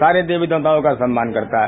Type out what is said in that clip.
सारे देवी देवताओं का सम्मान करता है